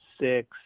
six